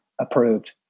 approved